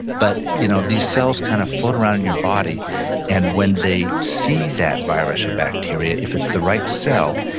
but you know these cells kind of float around in your body and when see see that virus or bacteria, if it's the right cell,